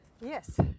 Yes